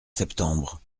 septembre